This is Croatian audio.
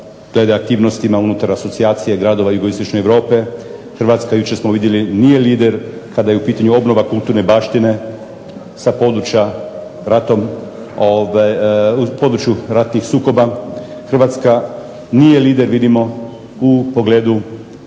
glede aktivnosti unutar asocijacije gradova Jugoistočne Europe. Hrvatska, jučer smo vidjeli, nije lider kada je u pitanju obnova kulturne baštine u području ratnih sukoba. Hrvatska nije lider vidimo u pogledu